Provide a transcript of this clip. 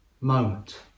moment